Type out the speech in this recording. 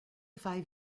five